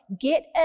get